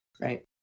Right